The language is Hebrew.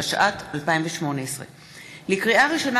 התשע"ט 2018. לקריאה ראשונה,